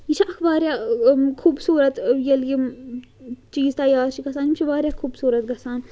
یہِ چھِ اَکھ واریاہ خوٗبصوٗرت ییٚلہِ یِم چیٖز تَیار چھِ گژھان یِم چھِ واریاہ خوٗبصوٗرت گَژھان